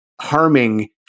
harming